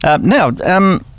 Now